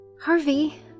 Harvey